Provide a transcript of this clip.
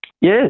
Yes